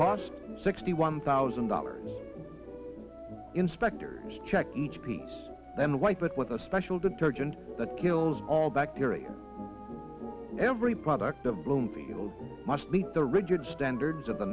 cost sixty one thousand dollars inspectors check each piece then white but with a special detergent that kills all bacteria every product of bloomfield must meet the rigid standards of the